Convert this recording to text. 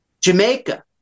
Jamaica